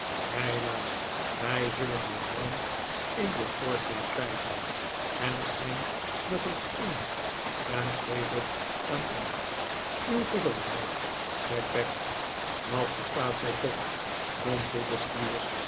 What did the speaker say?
heila wij zullen nog brand in den schoorsteen krijgen en schenk nog eens in en geef het aan u uw gezondheid zei peg dat verstaat zij toch